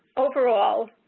overall,